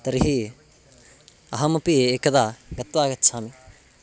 तर्हि अहमपि एकदा गत्वा आगच्छामि